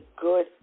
good